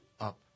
up